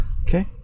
Okay